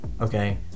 Okay